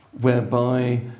whereby